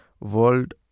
World